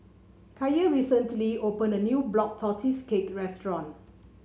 Kiya recently opened a new Black Tortoise Cake restaurant